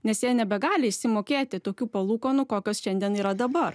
nes jie nebegali išsimokėti tokių palūkanų kokios šiandien yra dabar